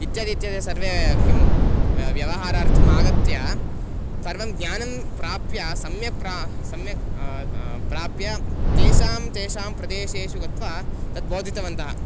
इत्यादि इत्यादि सर्वे किं व्यवहारार्थम् आगत्य सर्वं ज्ञानं प्राप्य सम्यक् प्रा सम्यक् प्राप्य तेषां तेषां प्रदेशेषु गत्वा तद्बोधितवन्तः